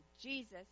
Jesus